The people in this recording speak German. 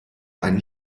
einen